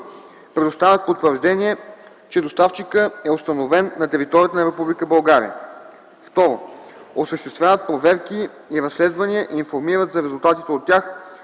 предоставят потвърждение, че доставчикът е установен на територията на Република България; 2. осъществяват проверки и разследвания и информират за резултатите от тях